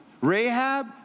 Rahab